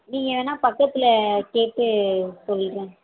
நீங்கள் வேணா பக்கத்தில் கேட்டு சொல்லுங்கள்